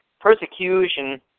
Persecution